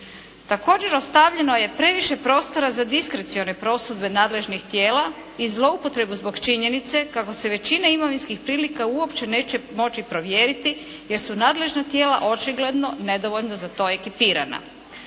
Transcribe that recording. Također, ostavljeno je previše prostora za diskrecione prosudbe nadležnih tijela i zloupotrebu zbog činjenice kako se većina imovinskih prilika uopće neće moći provjeriti jer su nadležna tijela očigledno nedovoljno za to ekipirana.